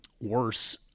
worse